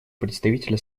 представителя